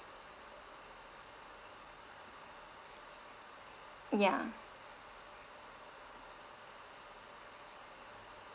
ya